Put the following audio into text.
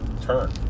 turn